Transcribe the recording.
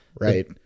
Right